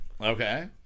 Okay